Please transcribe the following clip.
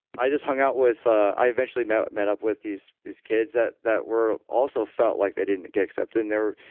i just hang out with. i eventually met met up with these these kids that that also felt like they didn't get accepted in there,